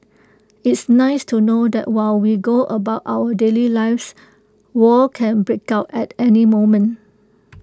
it's nice to know that while we go about our daily lives war can break out at any moment